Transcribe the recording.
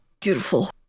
Beautiful